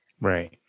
Right